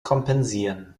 kompensieren